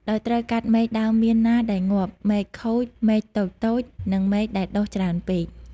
ដោយត្រូវកាត់មែកដើមមៀនណាដែលងាប់ មែកខូច មែកតូចៗ និងមែកដែលដុះច្រើនពេក។